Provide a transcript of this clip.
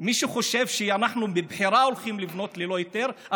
מי שחושב שאנחנו בבחירה הולכים לבנות ללא היתר,